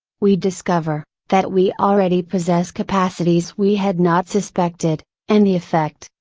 we discover, that we already possess capacities we had not suspected, and the effect,